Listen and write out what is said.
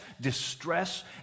distress